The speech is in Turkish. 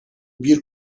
bir